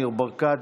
ניר ברקת,